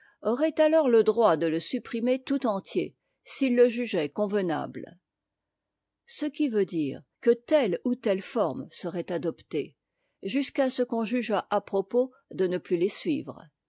aurait alors le droit de le supprimer tout entier s'il le jugeait convenable ce qui veut dire que telles ou telles formes seraient adoptées jusqu'à ce qu'on jugeât à propos de ne plus les suivre